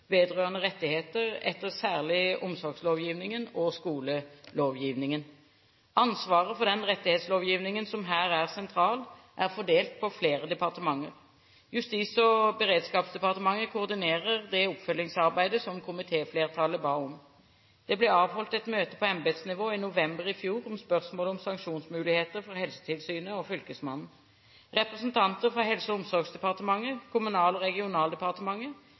vedrørende rettigheter etter særlig omsorgslovgivningen og skolelovgivningen. Ansvaret for den rettighetslovgivningen som her er sentral, er fordelt på flere departementer. Justis- og beredskapsdepartementet koordinerer det oppfølgingsarbeidet som komitéflertallet ba om. Det ble avholdt et møte på embetsnivå i november i fjor om spørsmålet om sanksjonsmuligheter for Helsetilsynet og Fylkesmannen. Representanter fra Helse- og omsorgsdepartementet, Kommunal- og regionaldepartementet,